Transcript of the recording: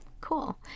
Cool